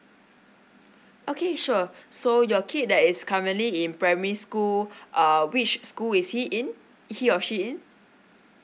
okay sure so your kid that is currently in primary school uh which school is he in he or she in